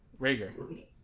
Rager